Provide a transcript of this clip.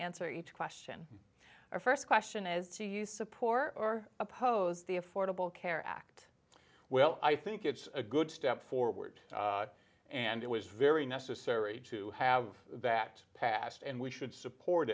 answer each question our first question is do you support or oppose the affordable care act well i think it's a good step forward and it was very necessary to have that passed and we should support